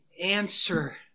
answer